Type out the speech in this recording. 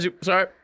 Sorry